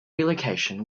relocation